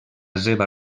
seva